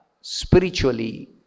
spiritually